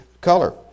color